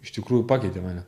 iš tikrųjų pakeitė mane